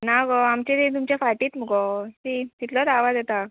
ना गो आमचे ती तुमचे फाटीत मुगो ती तितलोच आवाज येता